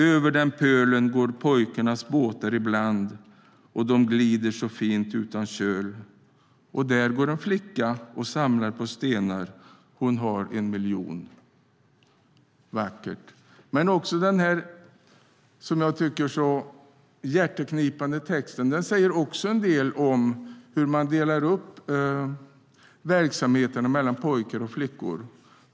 Över den pölen går pojkarnas båtar ibland, och dom glider så fint utan köl. Där går en flicka, som samlar på stenar, hon har en miljon. Det är vackert, men den här så hjärteknipande texten säger också en del om hur man delar upp verksamheterna mellan pojkar och flickor.